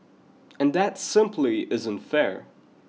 and that simply isn't fair